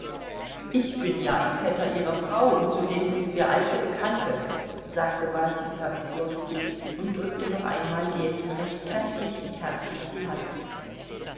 ich bin ja ein vetter ihrer frau und zudem sind wir alte bekannte sagte wasenka weslowski und drückte noch einmal ljewin recht kräftig und herzlich die hand